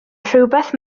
rhywbeth